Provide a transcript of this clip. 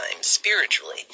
spiritually